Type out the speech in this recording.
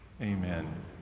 amen